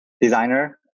designer